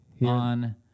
On